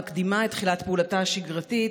המקדימה את תחילת פעולתה השגרתית,